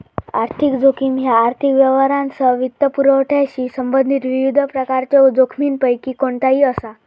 आर्थिक जोखीम ह्या आर्थिक व्यवहारांसह वित्तपुरवठ्याशी संबंधित विविध प्रकारच्यो जोखमींपैकी कोणताही असा